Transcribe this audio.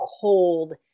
cold